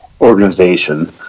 organization